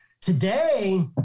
Today